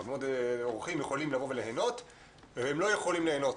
והרבה מאוד אורחים יכולים לבוא וליהנות והם לא יכולים ליהנות.